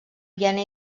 viena